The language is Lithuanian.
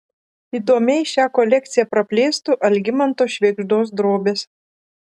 įdomiai šią kolekciją praplėstų algimanto švėgždos drobės